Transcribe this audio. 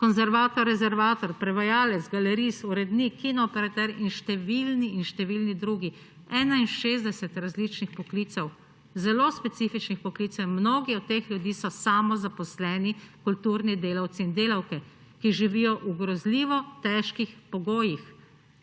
konzervator rezervator, prevajalec, galerist, urednik, kinooperater in številni in številni drugi. 61 različnih poklicev, zelo specifičnih poklicev in mnogi od teh ljudi so samozaposleni kulturni delavci in delavke, ki živijo v grozljivo težkih pogojih.